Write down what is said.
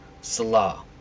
Salah